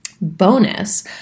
Bonus